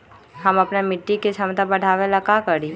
हम अपना मिट्टी के झमता बढ़ाबे ला का करी?